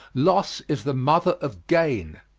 loss is the mother of gain.